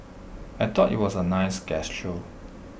I thought IT was A nice gesture